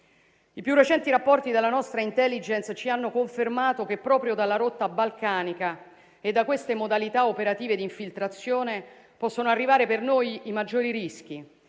I più recenti rapporti della nostra *intelligence* ci hanno confermato che proprio dalla rotta balcanica e da queste modalità operative di infiltrazione possono arrivare per noi i maggiori rischi.